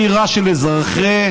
אני רוצה לענות לך, יוסף ג'בארין.